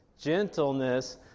gentleness